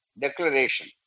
declaration